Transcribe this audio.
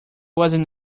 wasn’t